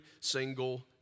single